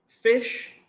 fish